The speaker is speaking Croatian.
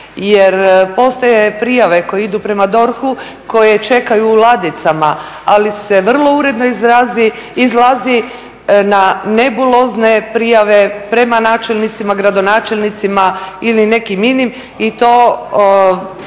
jer postoje prijave koje idu prema DORH-u, koje čekaju u ladicama ali se vrlo uredno izlazi na nebulozne prijave prema načelnicima, gradonačelnicima ili nekim inim i to